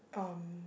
um